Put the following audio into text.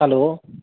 hello